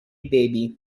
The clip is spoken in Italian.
baby